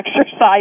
exercise